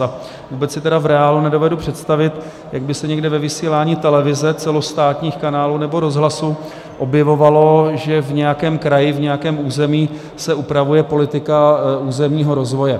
A vůbec si v reálu nedovedu představit, jak by se někde ve vysílání televize, celostátních kanálů nebo rozhlasu objevovalo, že v nějakém kraji, v nějakém území se upravuje politika územního rozvoje.